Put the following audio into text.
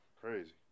Crazy